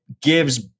gives